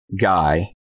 guy